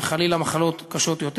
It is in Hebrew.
וחלילה מחלות קשות יותר.